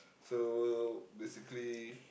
so basically